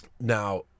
Now